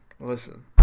Listen